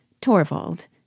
Torvald